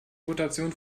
rotation